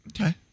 Okay